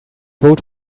vote